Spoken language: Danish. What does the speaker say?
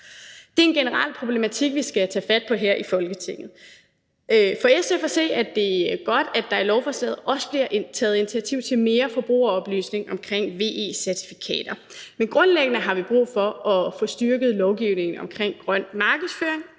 Det er en generel problematik, vi skal tage fat på her i Folketinget. For SF at se er det godt, at der i lovforslaget også bliver taget initiativ til mere forbrugeroplysning omkring VE-certifikater, men grundlæggende har vi brug for at få styrket lovgivningen omkring grøn markedsføring